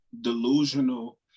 delusional